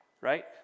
right